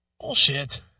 Bullshit